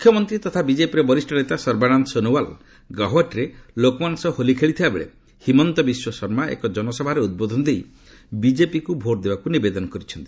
ମୁଖ୍ୟମନ୍ତ୍ରୀ ତଥା ବିଜେପିର ବରିଷ୍ଣ ନେତା ସର୍ବାନନ୍ଦ ସୋନୱାଲ୍ ଗୌହାଟୀରେ ଲୋକମାନଙ୍କ ସହ ହୋଲି ଖେଳିଥିବା ବେଳେ ହିମନ୍ତ ବିଶ୍ୱ ଶର୍ମା ଏକ ଜନସଭାରେ ଉଦ୍ବୋଧନ ଦେଇ ବିଜେପିକୁ ଭୋଟ ଦେବାକୁ ନିବେଦନ କରିଛନ୍ତି